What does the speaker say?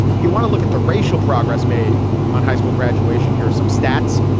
if you want to look at the racial progress made on high school graduation, here are some stats.